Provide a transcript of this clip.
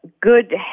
good